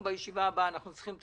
אנחנו בישיבה הבאה צריכים את